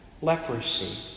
leprosy